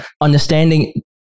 understanding